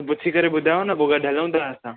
पुछी करे ॿुधायो न पोइ गॾु हलऊं था असां